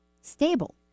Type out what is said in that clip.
stable